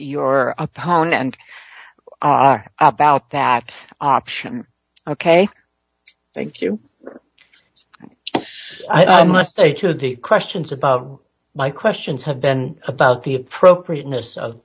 your opponent are about that option ok thank you i must say two of the questions about my questions have been about the appropriateness of